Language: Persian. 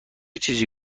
چیزی